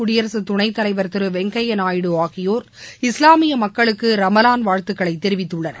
குடியரசு துணைத்தலைவர் திரு வெங்கையா நாயுடு ஆகியோர் இஸ்லாமிய மக்களுக்கு ரமலான் வாழ்த்துக்களை தெிவித்துள்ளனர்